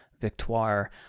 Victoire